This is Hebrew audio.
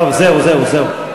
טוב, זהו זהו זהו.